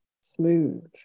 smooth